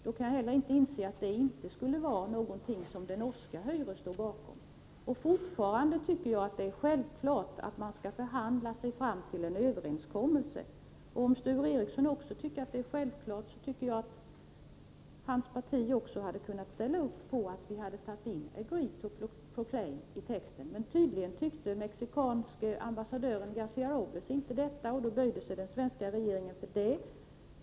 Jag kan därför inte inse att det inte skulle vara någonting som det norska höyre stod bakom. Fortfarande tycker jag att det är självklart att man skall förhandla sig fram till en överenskommelse. Om även Sture Ericson tycker att det är självklart, så tycker jag att hans parti också hade kunnat ställa upp på att ta in ”agree to proclaim” i texten. Men tydligen tyckte den mexikanske ambassadören Garcia Robles inte det, och då böjde sig den svenska regeringen för detta.